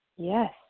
Yes